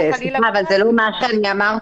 סליחה, זה לא מה שאני אמרתי.